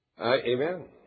Amen